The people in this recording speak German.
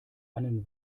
einen